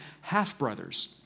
half-brothers